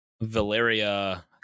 Valeria